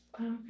Okay